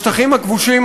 בשטחים הכבושים,